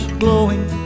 glowing